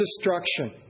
destruction